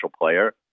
player